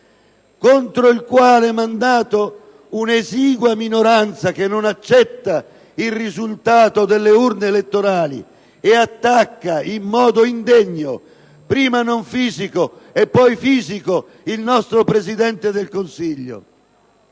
contro il quale un'esigua minoranza che non accetta il risultato delle urne elettorali attacca in modo indegno, ora anche fisico, il nostro Presidente del Consiglio,